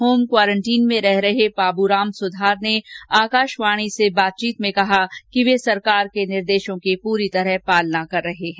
home quarantine में रह रहे पाबूराम सुथार ने आकाशवाणी ने बातचीत में कहा कि वे सरकार के निर्देशों की पूरी तरह पालना कर रहे हैं